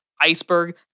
iceberg